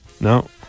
No